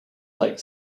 lake